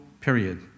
period